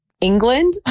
England